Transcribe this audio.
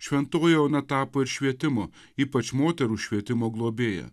šventoji ona tapo ir švietimo ypač moterų švietimo globėja